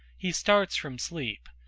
he starts from sleep,